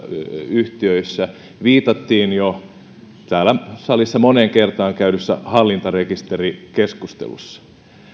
yhtiöissä viitattiin täällä salissa käydyssä hallintarekisterikeskustelussa jo moneen kertaan